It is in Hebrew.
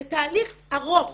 זה תהליך ארוך.